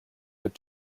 had